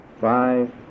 five